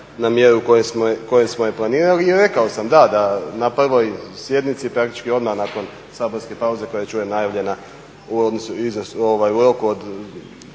na mjeru koju smo i planirali. I rekao sam da, na prvoj sjednici praktički odmah nakon saborske pauze koja je čujem najavljena u trajanju od